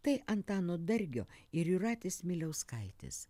tai antano dargio ir jūratės miliauskaitės